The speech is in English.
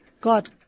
God